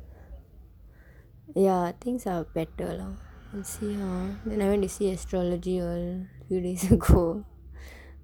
ya things are better lah I see her then I went to see astrology all really so cool